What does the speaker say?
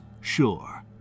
Sure